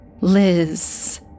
Liz